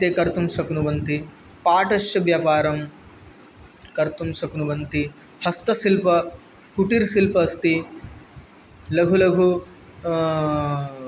ते कर्तुं शक्नुवन्ति पाटस्य व्यापारं कर्तुं शक्नुवन्ति हस्तशिल्पः कुटिरशिल्पः अस्ति लघु लघु